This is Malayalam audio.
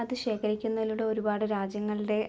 അത് ശേഖരിക്കുന്നതിലൂടെ ഒരുപാട് രാജ്യങ്ങളുടെ